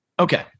Okay